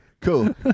cool